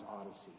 odyssey